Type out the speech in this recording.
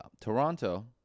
Toronto